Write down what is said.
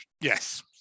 Yes